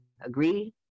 agree